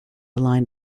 line